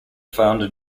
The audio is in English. founder